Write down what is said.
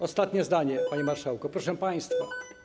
Ostatnie zdanie, panie marszałku, proszę państwa.